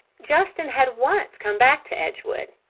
justin had once come back to edgewood,